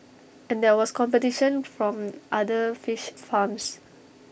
and there was competition from other fish farms